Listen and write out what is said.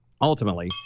ultimately